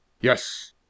Yes